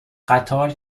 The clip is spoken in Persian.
قطار